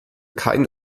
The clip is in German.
keinen